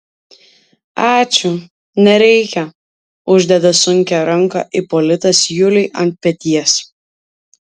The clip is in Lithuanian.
ačiū nereikia uždeda sunkią ranką ipolitas juliui ant peties